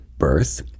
birth